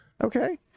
Okay